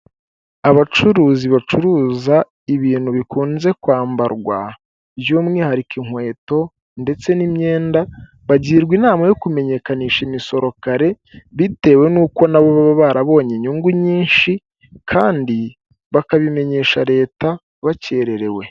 Abacuruzi bacuruza ibintu bikunze kwambarwa, by'umwihariko; inkweto ndetse n'imyenda, bagirwa inama yo kumenyekanisha imisoro kare, bitewe n'uko nabo baba barabonye inyungu nyinshi, kandi bakabimenyesha Leta bakererewe.